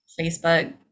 Facebook